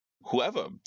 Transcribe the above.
whoever